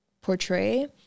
portray